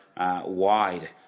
wide